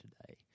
today